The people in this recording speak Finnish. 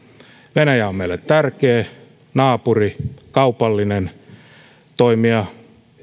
venäjä on meille tärkeä naapuri ja kaupallinen toimija